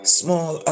small